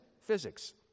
physics